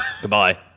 Goodbye